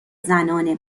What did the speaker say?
زنان